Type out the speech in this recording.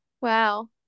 Wow